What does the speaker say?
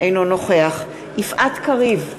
אינו נוכח יפעת קריב,